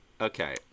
okay